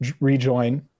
rejoin